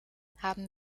haben